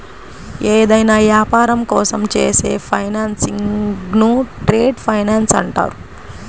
ఏదైనా యాపారం కోసం చేసే ఫైనాన్సింగ్ను ట్రేడ్ ఫైనాన్స్ అంటారు